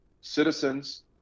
citizens